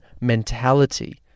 mentality